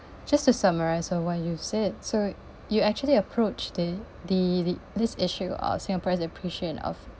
just to summarise on what you've said so you actually approach the the this issue of singaporeans' appreciation of